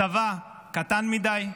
הצבא קטן מדי,